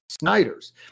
Snyder's